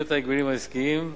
מדיניות ההגבלים העסקיים,